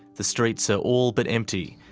the streets are all but empty,